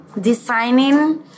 designing